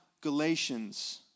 Galatians